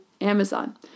Amazon